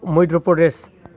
Madhya Pradesh